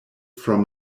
from